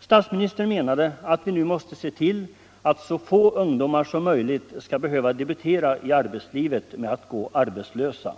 Statsministern menade att vi nu måste se till att så få ungdomar som möjligt skall behöva debutera i arbetslivet med att gå arbetslösa.